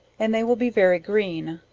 and they will be very green.